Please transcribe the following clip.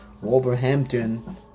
Wolverhampton